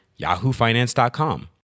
yahoofinance.com